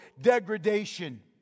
degradation